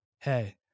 hey